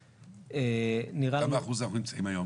נראה --- כמה אחוז אנחנו נמצאים היום?